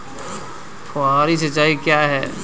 फुहारी सिंचाई क्या है?